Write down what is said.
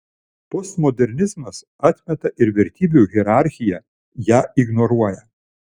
postmodernizmas atmeta ir vertybių hierarchiją ją ignoruoja